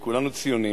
לא כולם.